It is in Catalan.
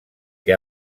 que